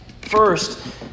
First